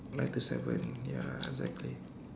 nine two seven ya exactly